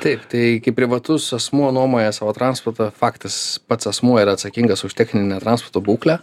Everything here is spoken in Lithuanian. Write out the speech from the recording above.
taip tai kaip privatus asmuo nuomoja savo transportą faktas pats asmuo yra atsakingas už techninę transporto būklę